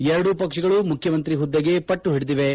ಎರಡೂ ಪಕ್ಷಗಳು ಮುಖ್ಯಮಂತ್ರಿ ಪುದ್ದೆಗೆ ಪಟ್ನು ಓಡಿದಿವೆ